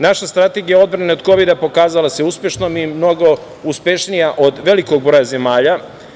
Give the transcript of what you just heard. Naša strategija odbrane od kovida pokazala se uspešnom i mnogo je uspešnija od velikog broja zemalja.